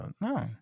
no